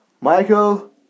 Michael